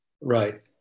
right